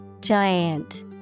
Giant